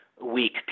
weak